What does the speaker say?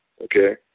okay